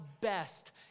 best